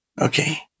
Okay